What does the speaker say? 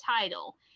title